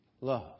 love